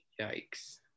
Yikes